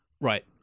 Right